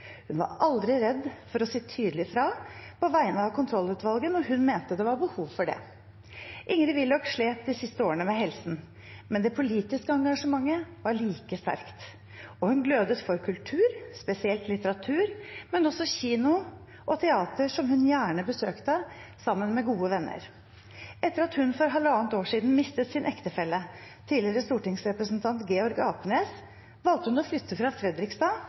Hun var aldri redd for å si tydelig fra på vegne av kontrollutvalget når hun mente det var behov for det. Ingrid Willoch slet de siste årene med helsen, men det politiske engasjementet var like sterkt. Og hun glødet for kultur, spesielt litteratur, men også kino og teater, som hun gjerne besøkte sammen med gode venner. Etter at hun for halvannet år siden mistet sin ektefelle, tidligere stortingsrepresentant Georg Apenes, valgte hun å flytte fra Fredrikstad